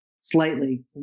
slightly